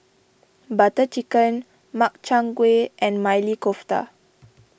Butter Chicken Makchang Gui and Maili Kofta